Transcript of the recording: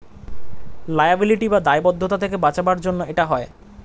liability বা দায়বদ্ধতা থেকে বাঁচাবার জন্য এটা হয়